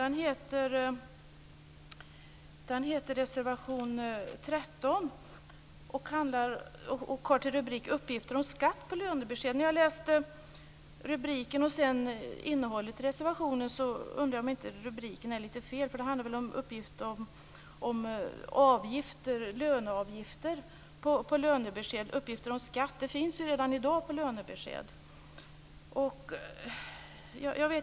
Det är reservation 13 som har rubriken: Uppgifter om skatt på lönebesked. När jag läste rubriken och sedan innehållet i reservationen undrade jag om inte rubriken är lite fel. Det handlar väl om uppgifter om löneavgifter på lönebesked. Uppgifter om skatt finns ju redan i dag på lönebesked.